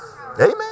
Amen